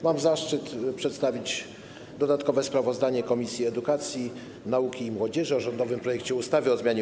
Mam zaszczyt przedstawić dodatkowe sprawozdanie Komisji Edukacji, Nauki i Młodzieży o rządowym projekcie ustawy o zmianie